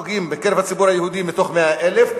בציבור היהודי 4 הרוגים מתוך 100,000,